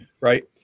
right